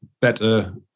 better